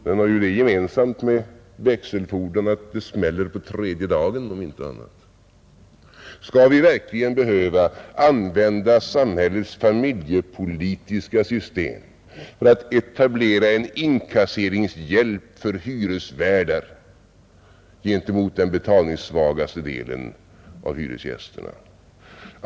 Den har ju det gemensamt med växelfordran att det smäller på tredje dagen, om inte annat. Skall vi verkligen behöva använda samhällets familjepolitiska system för att etablera en inkasseringshjälp för hyresvärdar gentemot den betalningssvagaste delen av hyresgästerna?